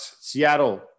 Seattle